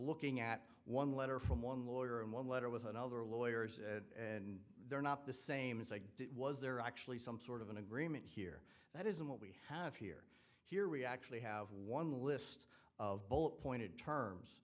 looking at one letter from one lawyer and one letter with another lawyers and they're not the same as i was there actually some sort of an agreement here that isn't what we have here here we actually have one list of both pointed terms